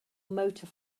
motor